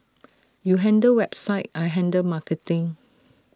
you handle website I handle marketing